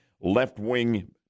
left-wing